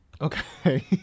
Okay